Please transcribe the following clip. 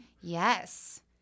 Yes